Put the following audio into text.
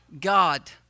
God